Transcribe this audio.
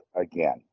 again